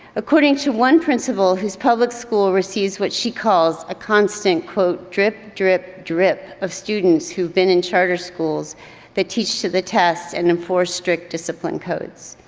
according to one principal, his public school receives what she calls a constant quote, drip, drip, drip of students who've been in charter schools that teach to the test and enforce strict discipline codes.